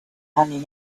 hanging